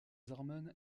hormones